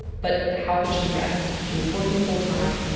but how could she rest? she was working full time,